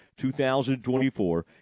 2024